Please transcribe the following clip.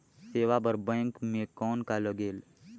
सेवा बर बैंक मे कौन का लगेल?